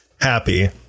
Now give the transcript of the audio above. happy